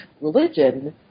religion